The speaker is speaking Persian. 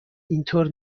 اینطور